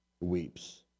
weeps